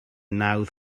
nawdd